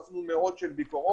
עשינו מאות ביקורות,